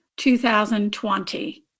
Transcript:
2020